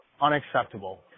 Unacceptable